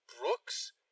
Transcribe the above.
Brooks